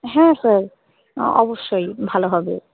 হ্যাঁ স্যার অবশ্যই ভালো হবে